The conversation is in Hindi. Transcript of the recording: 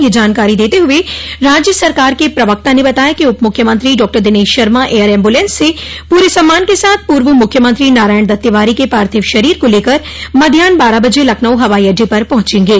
यह जानकारी देते हुए राज्य सरकार के प्रवक्ता ने बताया कि उपमुख्यमंत्री doctor Dinesh Sharma air ambulance से पूरे सम्मान के साथ पूर्व मुख्यमंत्री नारायण दत्त तिवारी के पार्थिव शरीर को लेकर मध्यान्ह बारह बजे लखनऊ हवाई अड्डे पर पहुॅचेंगे